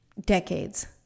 decades